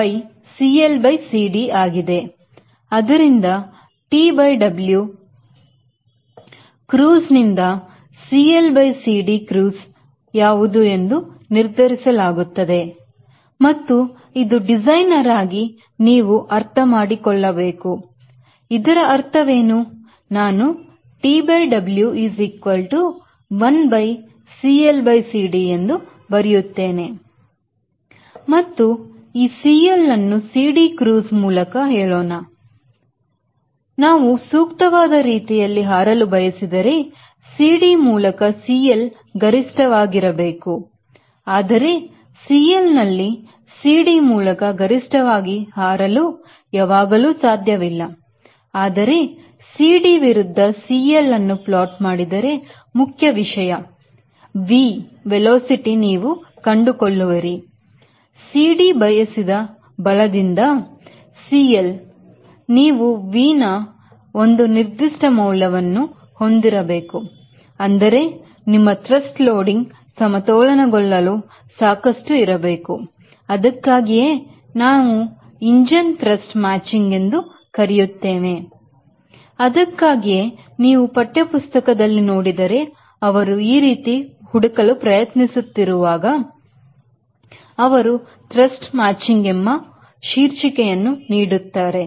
ಆದರಿಂದ T by W cruise ನಿಂದ CL by CD cruise ಯಾವುದು ಎಂದು ನಿರ್ಧಾರಿಸಲಾಗುತ್ತದೆ ಮತ್ತು ಇದು ಡಿಸೈನರ್ ಆಗಿ ನೀವು ಅರ್ಥ ಮಾಡಿಕೊಳ್ಳಬೇಕು ಇದರ ಅರ್ಥವೇನು ನಾನು TW 1 CLCD ಮತ್ತು ಈ CL ಅನ್ನು CD Cruise ಮೂಲಕ ಹೇಳೋಣ ಮತ್ತು ನಾವು ಸೂಕ್ತವಾದ ರೀತಿಯಲ್ಲಿ ಹಾರಲು ಬಯಸಿದರೆ CD ಮೂಲಕ CL ಗರಿಷ್ಟವಾಗಿರಬಹುದು ಆದರೆ CL ನಲ್ಲಿ CD ಮೂಲಕ ಗರಿಷ್ಠವಾಗಿ ಹಾರಲು ಯಾವಾಗಲೂ ಸಾಧ್ಯವಿಲ್ಲ ಆದರೆ CD ವಿರುದ್ಧ CL ಅನ್ನು plot ಮಾಡಿದರೆ ಮುಖ್ಯ ವಿಷಯ V ನೀವು ಕಂಡುಕೊಳ್ಳುವಿರಿ CD ಬಯಸಿದ ಬಲದಿಂದ CL ನೀವು V ಯ ಒಂದು ನಿರ್ದಿಷ್ಟ ಮೌಲ್ಯವನ್ನು ಹೊಂದಿರಬೇಕು ಅಂದರೆ ನಿಮ್ಮ Thrust loading ಸಮತೋಲನಗೊಳ್ಳಲು ಸಾಕಷ್ಟು ಇರಬೇಕು ಅದಕ್ಕಾಗಿಯೇ ನಾವು ಇದನ್ನು thrust ಮಾಚಿಂಗ್ ಎಂದು ಕರೆಯುತ್ತೇವೆ ಅದಕ್ಕಾಗಿಯೇ ನೀವು ಪಠ್ಯಪುಸ್ತಕದಲ್ಲಿ ನೋಡಿದರೆ ಅವರು ಈ ರೀತಿ ಹುಡುಕಲು ಪ್ರಯತ್ನಿಸುತ್ತಿರುವಾಗ ಅವರು thrust ಮಾಚಿಂಗ್ ಎಂಬ ಶೀರ್ಷಿಕೆಯನ್ನು ನೀಡುತ್ತಾರೆ